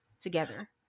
together